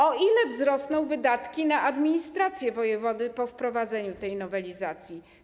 O ile wzrosną wydatki na administrację wojewody po wprowadzeniu tej nowelizacji?